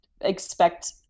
expect